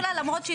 אמרתי את זה.